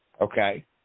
okay